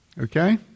Okay